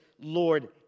Lord